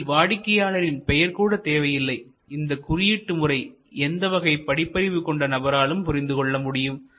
இதில் வாடிக்கையாளரின் பெயர் கூட தேவை இல்லை இந்த குறியீட்டு முறை எந்தவகை படிப்பறிவு கொண்ட நபராலும் புரிந்துகொள்ள முடியும்